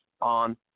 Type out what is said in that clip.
on